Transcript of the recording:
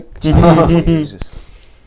Jesus